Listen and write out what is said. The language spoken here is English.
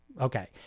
Okay